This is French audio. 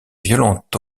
violent